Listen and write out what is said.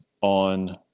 on